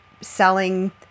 selling